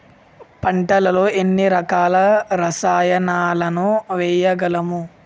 పంటలలో ఎన్ని రకాల రసాయనాలను వేయగలము?